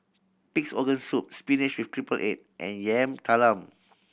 Pig's Organ Soup spinach with triple egg and Yam Talam